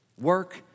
work